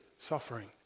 suffering